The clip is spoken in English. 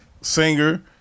singer